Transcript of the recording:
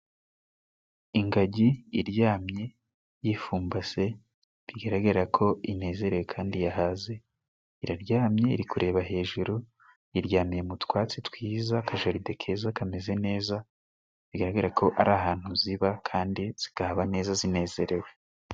Ingagi iryamye yifumbase bigaragara ko inezerewe kandi yahaze, iraryamye iri kureba hejuru yiryayamiye mu twatsi twiza, mu kajaride keza kameze neza, bigaragara ko ari ahantu ziba kandi zikahaba neza zinezerewe.